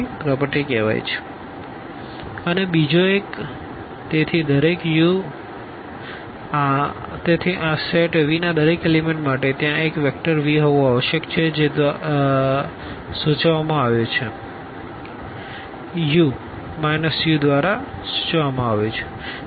u0u∀u∈V અને બીજો એક તેથી દરેક u તેથી આ સેટ Vના દરેક એલીમેન્ટમાટે ત્યાં એક વેક્ટર V હોવું આવશ્યક છે જે દ્વારા સૂચવવામાં આવ્યું છે u